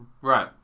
Right